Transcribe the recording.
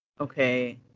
okay